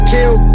Kill